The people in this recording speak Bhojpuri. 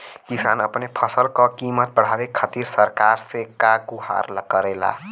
किसान अपने फसल क कीमत बढ़ावे खातिर सरकार से का गुहार करेला?